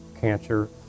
Cancer